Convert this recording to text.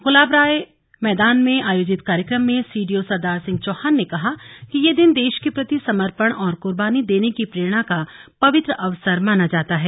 गुलाबराय मैदान में आयोजित कार्यक्रम में सीडीओ सरदार सिंह चौहान ने कहा कि यह दिन देश के प्रति समर्पण और कुर्बानी देने की प्रेरणा का पवित्र अवसर माना जाता है